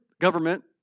government